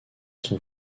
sont